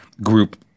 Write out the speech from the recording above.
group